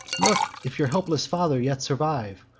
look if your helpless father yet survive,